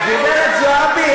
גברת זועבי,